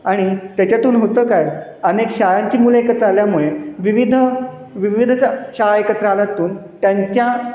आणि त्याच्यातून होतं काय अनेक शाळांची मुलं एकत्र आल्यामुळे विविध विविध शाळा एकत्र आल्यातून त्यांच्या